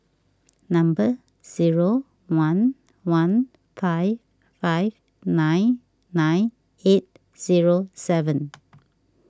number zero one one five five nine nine eight zero seven